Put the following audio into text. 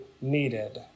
needed